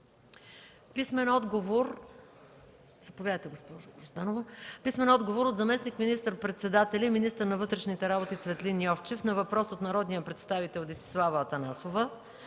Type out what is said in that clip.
Маринова; - от заместник министър-председателя и министър на вътрешните работи Цветлин Йовчев на въпрос от народния представител Десислава Атанасова;